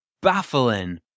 baffling